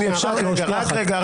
רק רגע.